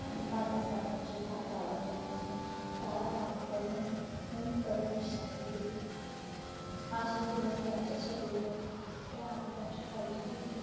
आणि पाच वाजता त्यांचे धार काढून त्यांनास्नी चारा पाणी करून परत विश्रांती देतो अशाच दिवसभराच्या शेड्यूलमध्ये आम्ही त्यांची काळजी घेतो